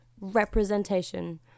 representation